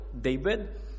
David